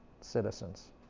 citizens